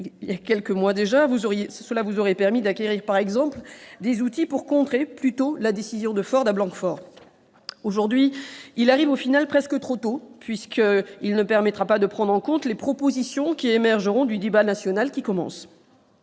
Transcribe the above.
il y a quelques mois, il vous aurait permis d'acquérir, par exemple, des outils pour contrer plus tôt la décision de Ford à Blanquefort. Aujourd'hui, il arrive finalement presque trop tôt, puisqu'il ne permettra pas de prendre en compte les propositions qui émergeront du débat national qui commence.